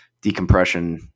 decompression